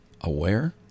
aware